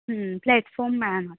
platform मेळना